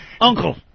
Uncle